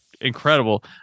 incredible